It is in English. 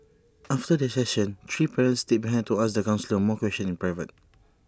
after the session three parents stayed behind to ask the counsellor more questions in private